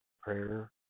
prayer